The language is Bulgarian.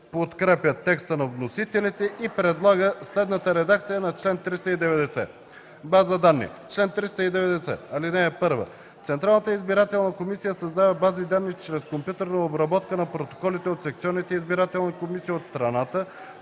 по принцип текста на вносителите и предлага следната редакция на чл. 390: „База данни Чл. 390. (1) Централната избирателна комисия създава база данни чрез компютърна обработка на протоколите на секционните избирателни комисии от страната,